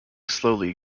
slowly